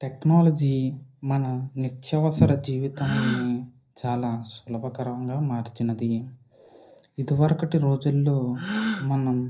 technology మన నిత్యవసర జీవితాలన్ని చాలా సులభకరంగా మార్చినది ఇదివరకటి రోజుల్లో మనం